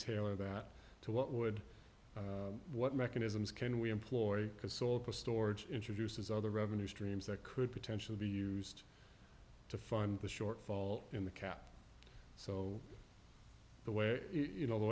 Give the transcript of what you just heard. tailor that to what would what mechanisms can we employ because all of a storage introduces other revenue streams that could potentially be used to fund the shortfall in the cap so the way you know the